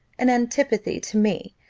an antipathy to me,